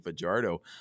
Fajardo